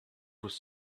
was